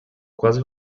quase